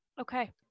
okay